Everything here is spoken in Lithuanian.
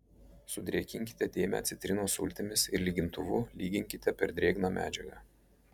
sudrėkinkite dėmę citrinos sultimis ir lygintuvu lyginkite per drėgną medžiagą